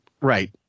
Right